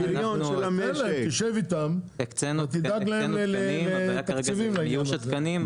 אני מציע שתשב איתם ותדאג להם לתקציבים לעניין הזה.